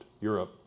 Europe